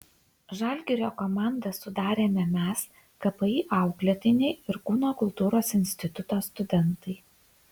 žalgirio komandą sudarėme mes kpi auklėtiniai ir kūno kultūros instituto studentai